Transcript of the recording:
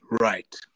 Right